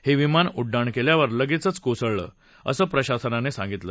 हे विमान उड्डाण केल्यावर लगेचंच कोसळलं शिं प्रशासनाने सांगितलं